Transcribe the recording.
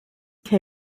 can